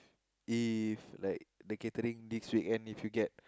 if like the gathering this week right if you get